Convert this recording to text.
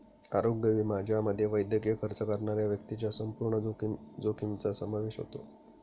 आरोग्य विमा ज्यामध्ये वैद्यकीय खर्च करणाऱ्या व्यक्तीच्या संपूर्ण जोखमीचा समावेश होतो